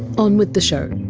on with the show